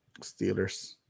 Steelers